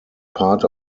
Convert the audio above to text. part